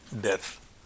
death